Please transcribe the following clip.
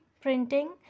printing